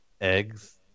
eggs